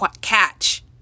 catch